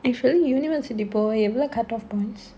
you sure university போவ எவ்ளோ:pova evlo cutoff points